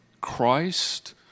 Christ